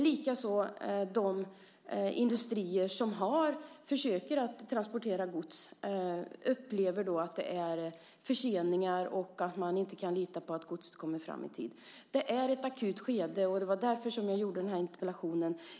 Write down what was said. Likaså upplever de industrier som försöker transportera gods med järnväg att det är förseningar och att man inte kan lita på att godset kommer fram i tid. Det är ett akut skede. Det var därför jag ställde den här interpellationen.